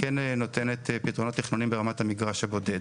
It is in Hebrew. כן נותנת פתרונות תכנוניים ברמת המגרש הבודד.